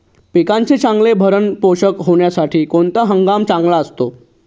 पिकाचे चांगले भरण पोषण होण्यासाठी कोणता हंगाम चांगला असतो?